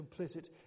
complicit